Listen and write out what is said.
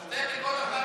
אז תן לכל אחד להחליט,